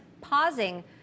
pausing